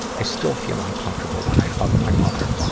i still feel uncomfortable when i hug my mother,